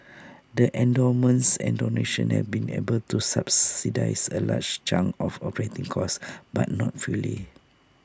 the endowments and donations have been able to subsidise A large chunk of operating costs but not fully